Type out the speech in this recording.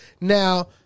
Now